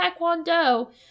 Taekwondo